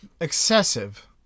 excessive